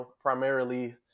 primarily